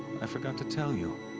i forgot to tell you.